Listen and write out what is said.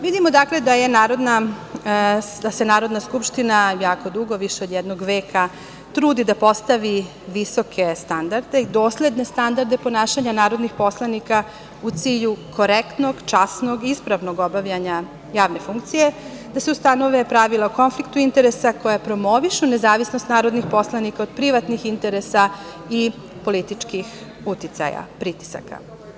Vidimo, dakle, da se Narodna skupština jako dugo, više od jednog veka, trudi da postavi visoke standarde i dosledne standarde ponašanja narodnih poslanika u cilju korektnog, časnog, ispravnog obavljanja javne funkcije, da se ustanove pravila o konfliktu interesa koja promovišu nezavisnost narodnih poslanika od privatnih interesa i političkih uticaja, pritisaka.